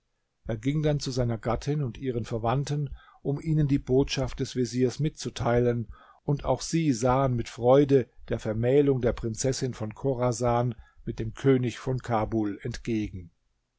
er ging dann zu seiner gattin und ihren verwandten um ihnen die botschaft des veziers mitzuteilen und auch sie sahen mit freude der vermählung der prinzessin von chorasan mit dem könig von kabul entgegen